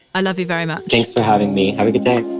i love you very much thanks for having me. have a good day